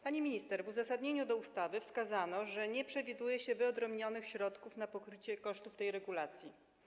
Pani minister, w uzasadnieniu ustawy wskazano, że nie przewiduje się wyodrębnionych środków na pokrycie kosztów tej regulacji.